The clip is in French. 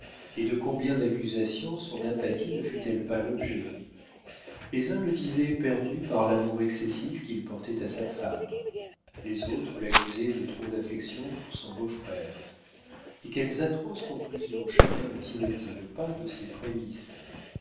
et de combien d'accusations son apathie ne fut-elle pas l'objet les uns le disaient perdu par l'amour excessif qu'il portait à sa femme les autres l'accusaient de trop d'affection pour son beau-frère et quelles atroces conclusions chacun ne tirait il pas de ces prémisses